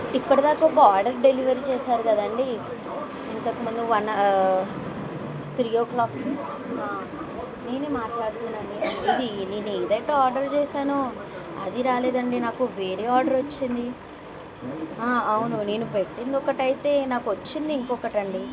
ఇప్పటి దాక ఒక ఆర్డర్ డెలివరీ చేశారు కదండీ ఇంతకుముందు వన్ త్రీ ఓ క్లాక్ నేనే మాట్లాడుతున్నాను అండి ఇది నేను ఇది ఇది ఇది ఏంటో ఆర్డర్ చేశానో అది రాలేదు అండి నాకు వేరే ఆర్డర్ వచ్చింది అవును నేను పెట్టింది ఒకటి అయితే నాకు వచ్చింది ఇంకొకటి అండి